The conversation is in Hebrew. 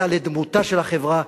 אלא לדמותה של החברה,